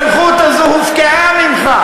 הסמכות הזאת הופקעה ממך.